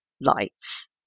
lights